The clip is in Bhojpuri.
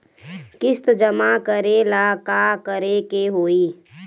किस्त जमा करे ला का करे के होई?